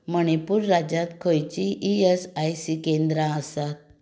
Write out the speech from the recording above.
मणिपूर राज्यांत खंयची E S I C केंद्रां आसा